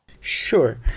Sure